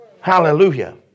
Hallelujah